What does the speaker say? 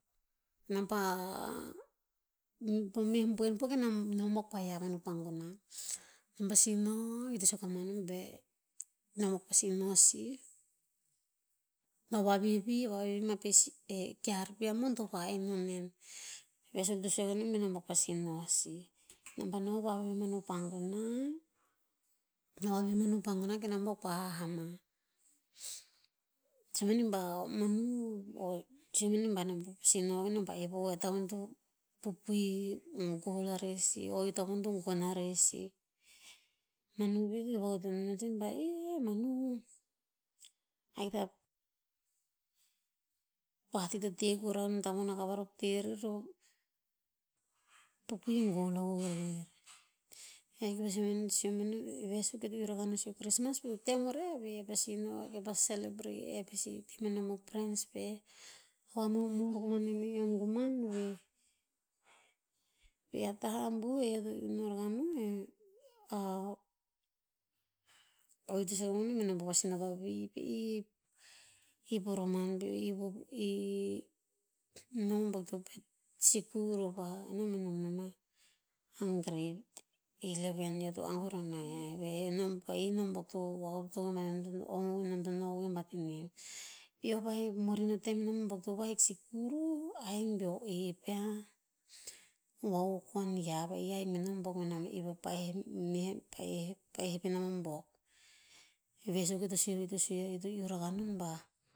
Nom pah poh meh boen po keh nom a buok pah hiav manu panguna. Nom pasi noh, i to sue kana neo beh, nom a buok pasi no sih, nom pa vavihvih mah peh eh kear pih a mon to va'en non nehn. Veh suk to sue mani beh nom a buok pasi no sih. nom pah noh nom pa noh pa vavih ma manu panguna. Nom pah vavivih manu panguna keh nom a buok pa ha'ah ma. Sue mani ba sue mani ba nom to pasi noh keh nom pah ep'o o'atavon to pupuii goll arer sih. Manu veh i manu, ahik ta pah tii to teh kura non, tavon akavar to teh rer to pupuii goll akuk rer. veh suk eo to iuh rakah ino sih o chrismas pih o tem o- re veh. Pasi no keh pa celebrate, eh pasi teh meh nom o frens peh, vamomor nem eh eom koman veh. Pih a tah abuh veh, eh'eo iuh no rakah no o'ii to to sue ako kaneo beh nom pasi no pah vih pih, i poroman peo i nom a'buok to pet sikur no pah, nom eh nung nem grade eleven. Eo to angoe rona yah veh eh nom va'ih nom a'buok to nom to no o- we bat nem. Murin o tem eh nom to vahik sikur o, ahik be'eo oep ya. Vakukon yia va'ih ahik beh nom a'buok beh nom ep a pa'eh meh pa'eh- pa'eh pe nom a'bouk. I veh suk eo to sue, i to sue eo to iuh rakah non bahutet anon.